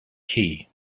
key